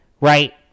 Right